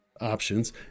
options